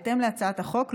בהתאם להצעת החוק,